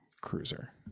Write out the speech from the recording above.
Cruiser